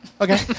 Okay